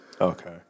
Okay